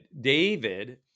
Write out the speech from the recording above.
David